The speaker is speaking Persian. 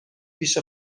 پیش